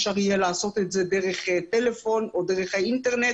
אפשר יהיה לעשות את זה דרך הטלפון או דרך האינטרנט